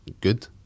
good